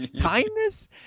kindness